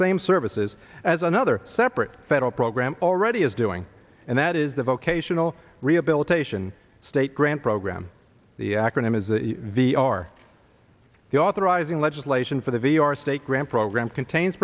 same services as another separate federal program already is doing and that is the vocational rehabilitation state grant program the acronym is the are the authorizing legislation for the v a our state grant program contains